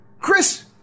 Chris